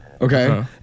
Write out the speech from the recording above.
Okay